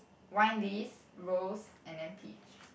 wine lees rose and then peach